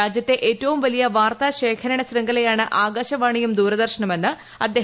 രാജ്യത്തെ ഏറ്റവും വലിയ വാർത്താ ശേഖരണ ശൃംഖലയാണ് ആകാശവാണിയും ദൂരദർശനുമെന്ന് പ്രസാർ ഭാരതി സി